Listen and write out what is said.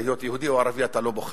להיות ערבי או יהודי אתה לא בוחר.